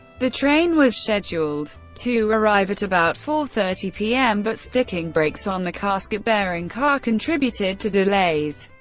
the train was scheduled to arrive at about four thirty p m. but sticking brakes on the casket-bearing car contributed to delays,